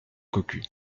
cocu